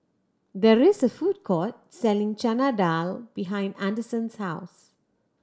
there is a food court selling Chana Dal behind Anderson's house